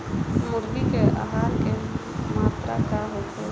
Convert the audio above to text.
मुर्गी के आहार के मात्रा का होखे?